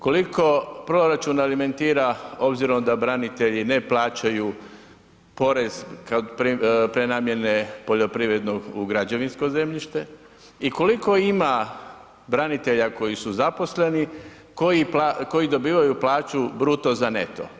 Koliko proračun alimentira obzirom da branitelji ne plaćaju porez prenamjene poljoprivrednog u građevinsko zemljište i koliko ima branitelja koji su zaposleni koji dobivaju plaću bruto za neto?